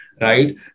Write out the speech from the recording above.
Right